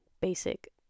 basic